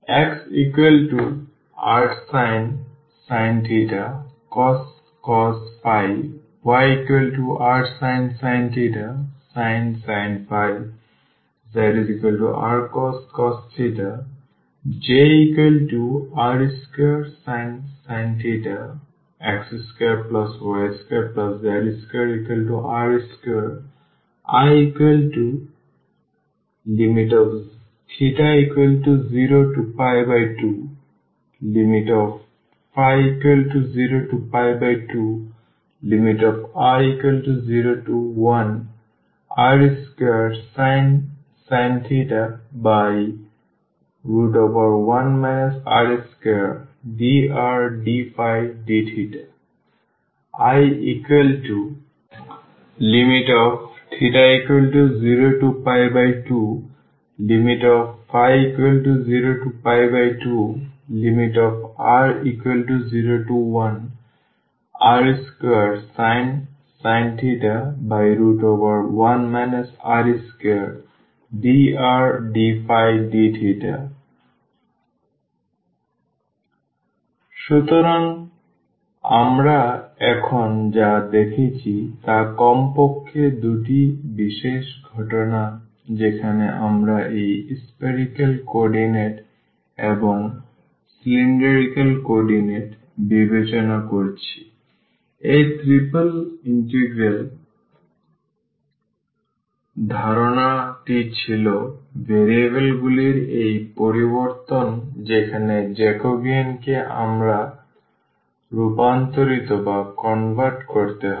xrsin cos yrsin sin zrcos Jr2sin x2y2z2r2 Iθ02ϕ02r01r2sin 1 r2drdϕdθ Iθ02ϕ02r01r2sin 1 r2drdϕdθ Firstevaluater01r21 r2dr 02t dt sub rsin t 12021 cos 2t dt 4 Iθ02ϕ02r01r2sin 1 r2drdϕdθ 40202sin dϕdθ 42 cos 02 28 সুতরাং আমরা এখন যা দেখেছি তা কমপক্ষে দুটি বিশেষ ঘটনা যেখানে আমরা এই spherical কোঅর্ডিনেট এবং cylindrical কোঅর্ডিনেট বিবেচনা করেছি এই ট্রিপল ইন্টিগ্রাল ধারণা টি ছিল ভেরিয়েবলগুলির এই পরিবর্তন যেখানে জ্যাকোবিয়ান কে আমাদের রূপান্তর করতে হবে